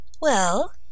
Well